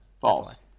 false